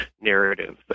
narrative